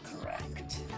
correct